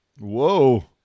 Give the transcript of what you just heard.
Whoa